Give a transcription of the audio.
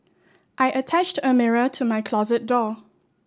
I attached a mirror to my closet door